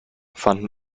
fanden